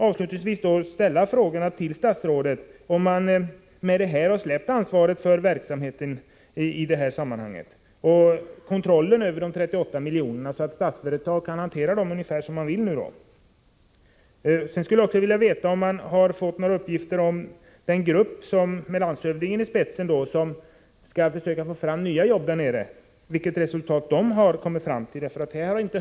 Avslutningsvis skulle jag vilja fråga statsrådet om han med detta har släppt ansvaret för den aktuella verksamheten och kontrollen över de 38 miljonerna, så att Statsföretag kan hantera dem ungefär som man vill. Jag skulle också vilja veta vilka uppgifter statsrådet har om något resultat från den grupp med landshövdingen i spetsen som skulle försöka få fram nya jobb. Vi har inte hört något från den under året.